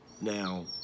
Now